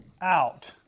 out